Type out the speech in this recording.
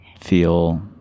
feel